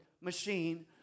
machine